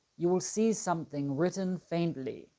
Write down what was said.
you'll see something written faintly.